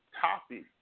topic